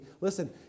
Listen